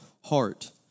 heart